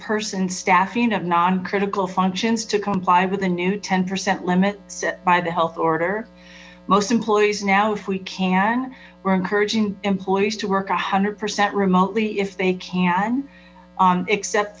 person staffing of non critical functions to comply with the new ten percent limit set by the health order most employees now if we can we're encouraging employees to work one hundred percent remotely if they can except